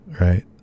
right